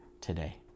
today